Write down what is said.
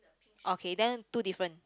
okay then two different